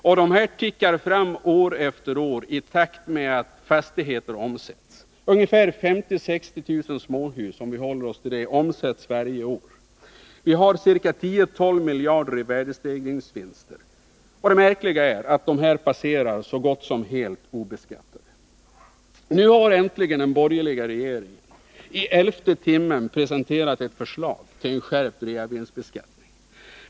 Och värdestegringarna tickar fram år efter år i takt med att fastigheter omsätts. Ungefär 50 000-60 000 småhus — om vi håller oss till dem — omsätts varje år. Vi har 10-12 miljarder i värdestegringsvinster, och det märkliga är att de passerar så gott som helt obeskattade. Nu har äntligen den borgerliga regeringen i elfte timmen presenterat ett förslag till skärpt reavinstbeskattning.